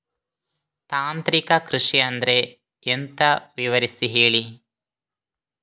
ತಾಂತ್ರಿಕ ಕೃಷಿ ಅಂದ್ರೆ ಎಂತ ವಿವರಿಸಿ ಹೇಳಿ